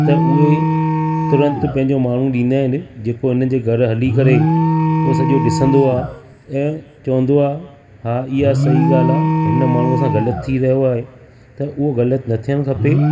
त उहे तुरत पंहिंजो माण्हू ॾींदा आहिनि जेको हिन जे घर हली करे उहो सॼो डि॒संदो आहे ऐ चवंदो आहे हा इहा सही ॻाल्हि आहे हिन माण्हू सा ग़लति थी वियो आहे त उहो ग़लति न थियणु खपे